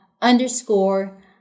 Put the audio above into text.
underscore